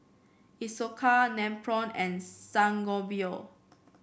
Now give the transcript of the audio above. Isocal Nepro and Sangobion